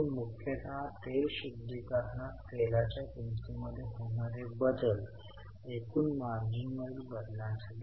आणि सरकार तरतुदी आणि वास्तविक देयके यावर लक्ष ठेवू इच्छित आहे हे देखील एक कारण आहे कारण विशेषत या वस्तू दोनदा दर्शविल्या गेल्या आहेत